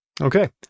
Okay